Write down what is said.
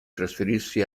trasferirsi